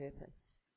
purpose